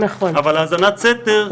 אבל האזנת סתר,